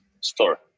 store